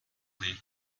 leave